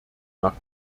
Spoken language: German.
nach